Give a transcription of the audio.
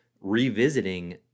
revisiting